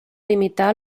limitar